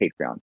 Patreon